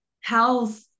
health